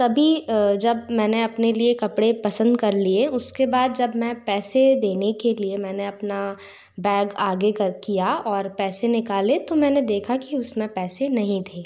तभी जब मैंने अपने लिए कपड़े पसंद कर लिए उसके बाद जब मैं पैसे देने के लिए मैंने अपना बैग आगे कर किया और पैसे निकाले तो मैंने देखा कि उसमें पैसे नहीं थे